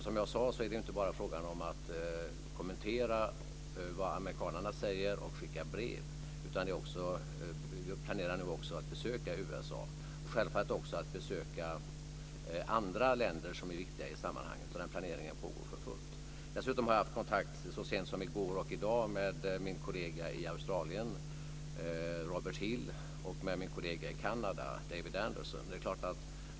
Som jag sade är det inte bara fråga om att kommentera vad amerikanarna säger och skicka brev, utan vi planerar nu också att besöka USA och självfallet att besöka andra länder som är viktiga i sammanhanget. Den planeringen pågår för fullt. Dessutom har jag så sent som i går och i dag haft kontakt med min kollega i Australien, Robert Hill, och med min kollega i Kanada, David Anderson.